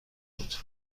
بود